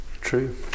True